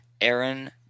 Aaron